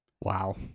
Wow